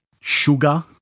sugar –